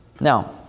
Now